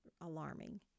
alarming